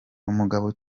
umugabo